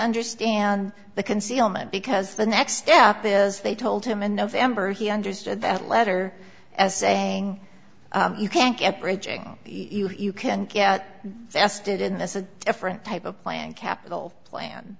understand the concealment because the next step is they told him in november he understood that letter as saying you can't get you can get arrested in this a different type of plan capital plan